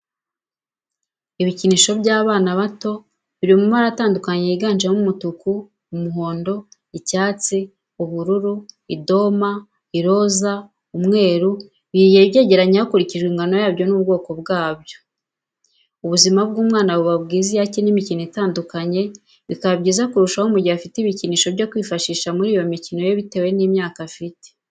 Ibikinisho by'abana bato biri mu mabara atandukanye yiganjemo umutuku, umuhondo, icyatsi ,ubururu , idoma , iroza, umweru, bigiye byegeranye hakurikijwe ingano yabyo n'ubwokobwabyo ubuzima bw'umwana buba bwiza iyo akina imikino itandukanye, bikaba byiza kurushaho mu gihe afite ibikinisho byo kwifashisha muri iyo mikino ye bitewe n'imyaka afite.